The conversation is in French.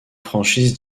franchises